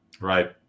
Right